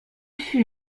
fut